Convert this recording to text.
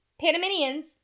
panamanians